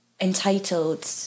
entitled